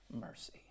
mercy